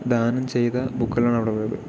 ദാനം ചെയ്ത് ബുക്കുകളാണ് അവിടെ ഉള്ളത്